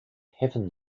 heaven